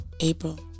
April